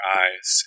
eyes